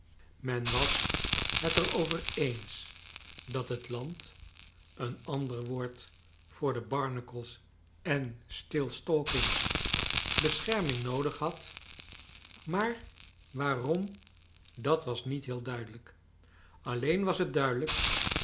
men was het er over eens dat het land een ander woord voor de barnacles en stils talkings bescherming noodig had maar waarom dat was niet heel duidelijk alleen was het duidelijk